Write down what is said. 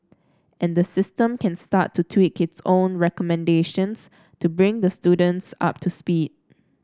and the system can start to tweak its own recommendations to bring the students up to speed